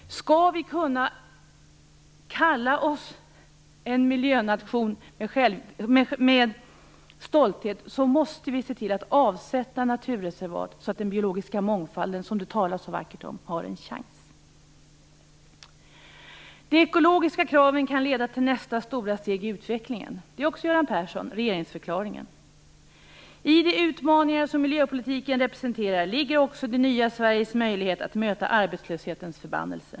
Skall vi med stolthet kunna kalla oss för en miljönation, måste vi se till att avsätta naturreservat så att den biologiska mångfalden, som det talas så vackert om, har en chans. De ekologiska kraven kan leda till nästa stora steg i utvecklingen, säger också Göran Persson i regeringsförklaringen. I de utmaningar som miljöpolitiken representerar ligger också det nya Sveriges möjlighet att möta arbetslöshetens förbannelse.